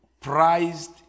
prized